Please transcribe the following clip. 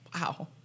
Wow